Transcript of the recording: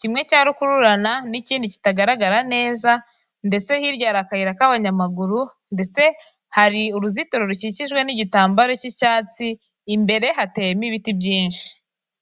kimwe cya rukururana n'ikindi kitagaragara neza ndetse hirya hari akayira k'abanyamaguru ndetse hari uruzitiro rukikijwe n'igitambaro cy'icyatsi imbere hateyemo ibiti byinshi.